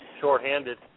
shorthanded